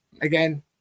again